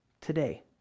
Today